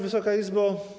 Wysoka Izbo!